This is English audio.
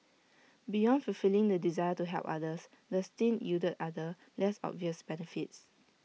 beyond fulfilling the desire to help others this stint yielded other less obvious benefits